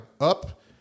Up